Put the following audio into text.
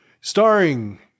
starring